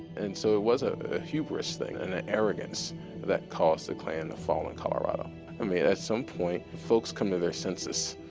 and so it was a hubris thing and an arrogance that caused the klan to fall in colorado. i mean, at some point, folks come to their senses